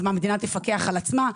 המדינה תפקח על עצמה?